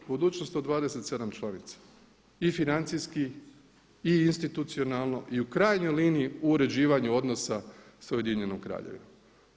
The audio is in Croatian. Budućnost od 27 članica i financijski i institucionalno i u krajnjoj liniji u uređivanju odnosa sa Ujedinjenom kraljevinom.